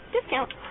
Discount